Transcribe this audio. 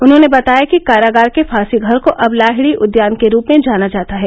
उन्होंने बताया कि कारागार के फांसी घर को अब लाहिडी उद्यान के रूप में जाना जाता है